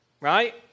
Right